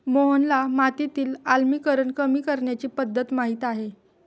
मोहनला मातीतील आम्लीकरण कमी करण्याची पध्दत माहित आहे